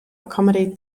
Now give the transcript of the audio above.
accommodate